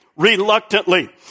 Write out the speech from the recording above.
Reluctantly